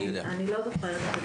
אני לא זוכרת.